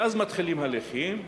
ואז מתחילים הליכים,